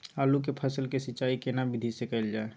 आलू के फसल के सिंचाई केना विधी स कैल जाए?